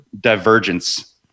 divergence